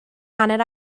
hanner